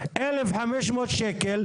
במקום 1,500 שקלים,